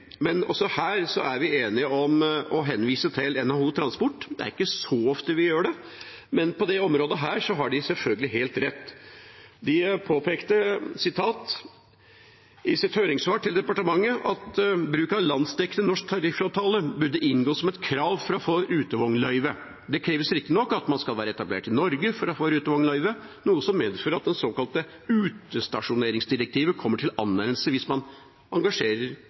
Her er vi enige om å henvise til NHO Transport. Det er ikke så ofte vi gjør det, men på dette området har de selvfølgelig helt rett. De påpekte i sitt høringssvar til departementet at «bruk av landsdekkende norsk tariffavtale burde inngå som et krav for å få rutevognløyve. Det kreves riktig nok at man skal være etablert i Norge for å få rutevognløyve, noe som medfører at det såkalte utestasjonerings-direktivet kommer til anvendelse hvis man engasjerer